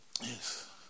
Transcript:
Yes